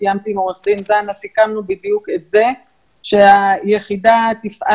שקיימתי עם עורך דין זנה סיכמנו בדיוק את זה שהיחידה תפעל